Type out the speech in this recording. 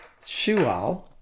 Shual